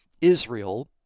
Israel